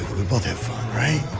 we both had fun, right?